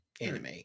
anime